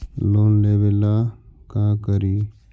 Loan लेबे ला का करि?